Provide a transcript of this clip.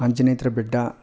Anjanadri Betta